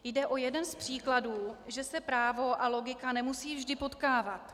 Jde o jeden z příkladů, že se právo a logika nemusí vždy potkávat.